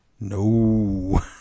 No